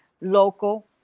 local